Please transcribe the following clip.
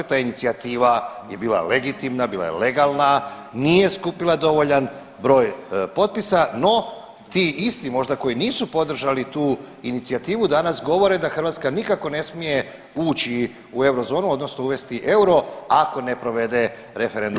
Ta inicijativa je bila legitimna, bila je legalna, nije skupila dovoljan broj potpisa, no ti isti možda koji nisu podržali tu inicijativu danas govore da Hrvatska nikako ne smije ući u eurozonu odnosno uvesti euro ako ne provede referendum.